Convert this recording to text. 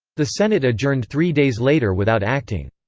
the senate adjourned three days later without acting.